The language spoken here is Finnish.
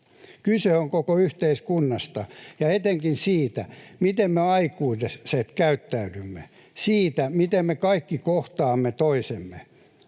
Kyse on koko yhteiskunnasta ja etenkin siitä, miten me aikuiset käyttäydymme — siitä, miten me kaikki kohtaamme toisemme.